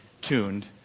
tuned